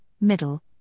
middle